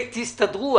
תסתדרו.